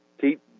keep